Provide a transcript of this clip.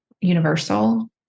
universal